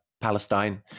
Palestine